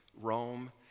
Rome